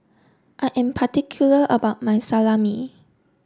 I am particular about my Salami